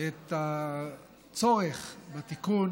את הצורך בתיקון.